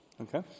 Okay